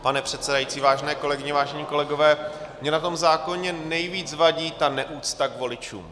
Pane předsedající, vážené kolegyně, vážení kolegové, mně na tom zákoně nejvíc vadí ta neúcta k voličům.